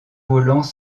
volants